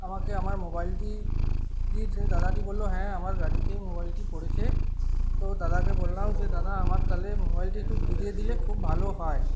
আমাকে আমার মোবাইলটি দিয়ে দাদাটি বললো হ্যাঁ আমার গাড়িতেই মোবাইলটি পড়েছে তো দাদাকে বললাম যে দাদা আমার তালে মোবাইলটি একটু ফিরিয়ে দিলে খুব ভালো হয়